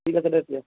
ঠিক আছে দে এতিয়া